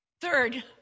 Third